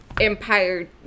empire